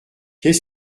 qu’est